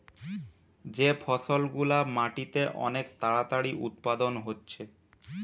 যে ফসল গুলা মাটিতে অনেক তাড়াতাড়ি উৎপাদন হচ্ছে